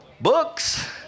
Books